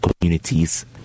communities